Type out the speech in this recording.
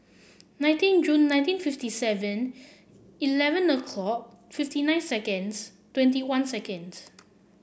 nineteen Jun nineteen fifty Seven Eleven nor call fifty nine seconds twenty one seconds